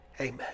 Amen